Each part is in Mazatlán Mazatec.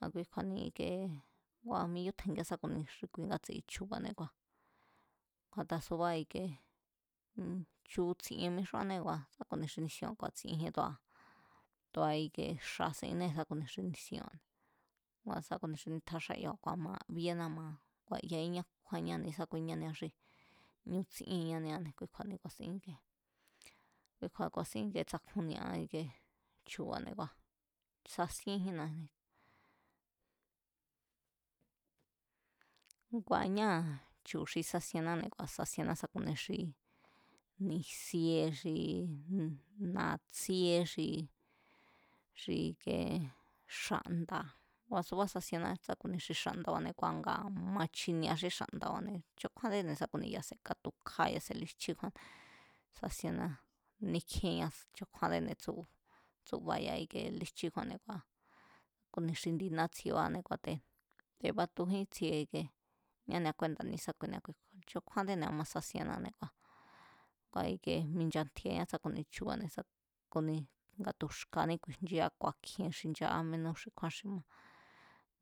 I̱kee ngua mixútje̱ngiá sá ku̱ ni xi kui ngatsi chu̱ba̱ne̱ ku̱a̱ a̱ta subá ikie, chu̱ tsi̱e̱n mixúanée̱ kua̱ sa kuni xi nisieba̱ kua̱ tsi̱e̱njín tu̱a, tu̱a ikie xa̱ sinée̱ sa ku̱nia xi nisienba̱ kua̱ sá ku̱nia xi nitja xáya̱ba̱ maa̱ bíéná maa̱ kua̱ yaíña kú kjúá iñáne̱ sá kui ñánia xí ñu tsíée̱n ñániá kukju̱a̱ni ku̱a̱sin íkie, kui kju̱a̱ ku̱a̱sín ya̱ tsakjunia ikie chu̱ba̱ne̱ kua̱ sasíénjínna. Ngua̱ ñáa̱ chu̱ xi sasienáne̱ ku̱a̱sín sasiena sá ku̱nia xi ni̱sie xi na̱tsíé xi xi ikie xa̱nda̱ ngua̱ suba sasienná, ku̱ni xi xa̱nda̱bane̱ kua̱ nga ma chiniea xí xa̱nda̱ba̱ne̱, chokjúándéne̱ ya̱ se̱ kátukjá ya̱ se̱ líjchí kjúán, sasienná níkjíéñá chokjúándéne̱ tsú tsúba ya̱a ikee líjchí kjúán kua̱ ku̱ni xi indi nátsiebáne̱ kua̱ te̱ batujín tsie ñánia kúénda̱ ne̱sákuine̱ a̱kui kju̱a̱ chokjúándene̱ a̱ma sasienane̱ kua̱ kua̱ ike minchatjíéá sá ku̱ni chu̱ba̱ sa ku̱ ni nga tu̱ xka̱ní ku̱i̱jnchíá ku̱a̱kji̱e̱n xinchaá xi kjúán xi ma,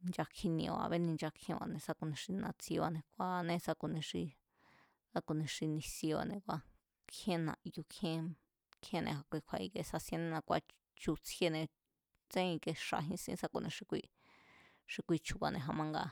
nchakjinieba̱ a̱béni nchakjíenba̱ sá ku̱ ni xi na̱tsiebáne̱ kua̱ kúáane sá ku̱ ni xi, sá ku̱ ni xi ni̱sienba̱ne̱ kua̱ kjíén na̱yu̱ kjíenne̱ a̱kui kju̱a̱ sasiennína, kua̱ chu- tsjiene̱ tsén i̱kie xa̱jín sín sa ku̱ni xi kui, xi kui chu̱ba̱, a̱ manga